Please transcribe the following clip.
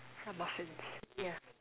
some muffins yeah